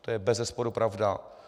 To je bezesporu pravda.